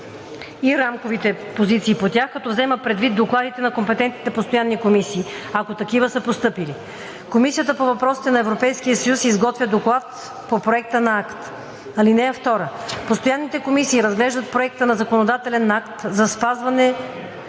и рамковите позиции по тях, като взема предвид докладите на компетентните постоянни комисии, ако такива са постъпили. Комисията по въпросите на Европейския съюз изготвя доклад по проекта на акт. (2) Постоянните комисии разглеждат проекта на законодателен акт за спазване